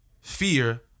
Fear